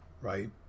right